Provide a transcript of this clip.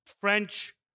French